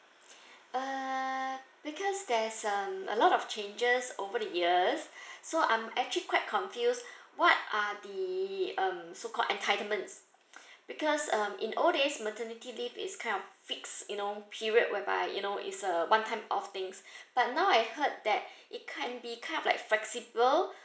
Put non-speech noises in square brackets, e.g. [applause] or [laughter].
[breath] uh because there is some a lot of changes over the years [breath] so I'm actually quite confused what are the um so called entitlements because um in old days maternity leave is kind of fixed you know period whereby you know is a one time off thing but now I heard that it can be kind of like flexible